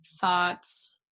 thoughts